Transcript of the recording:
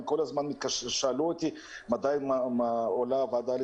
הם כל הזמן שאלו אותי מתי הדיון בוועדה עולה